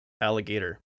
alligator